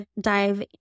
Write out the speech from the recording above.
dive